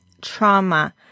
trauma